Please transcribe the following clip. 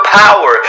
power